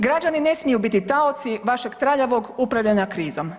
Građani ne smiju biti taoci vašeg traljavog upravljanja krizom.